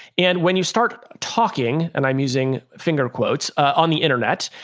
and when you start talking and i'm using finger quotes on the internet,